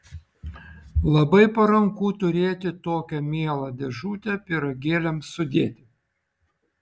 labai paranku turėti tokią mielą dėžutę pyragėliams sudėti